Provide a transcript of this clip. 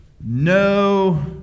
no